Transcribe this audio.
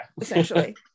Essentially